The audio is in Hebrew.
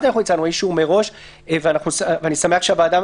שהיושב-ראש מציע